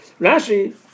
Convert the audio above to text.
Rashi